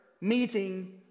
meeting